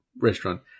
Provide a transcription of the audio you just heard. restaurant